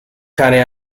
cane